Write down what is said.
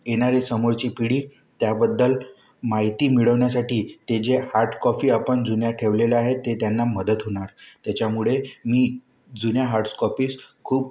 येणारे समोरची पिढी त्याबद्दल माहिती मिळवण्यासाठी ते जे हार्डकॉपी आपण जुन्या ठेवलेल्या आहेत ते त्यांना मदत होणार त्याच्यामुळे मी जुन्या हार्डकॉपीज खूप